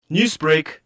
Newsbreak